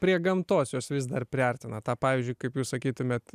prie gamtos jos vis dar priartina tą pavyzdžiui kaip jūs sakytumėt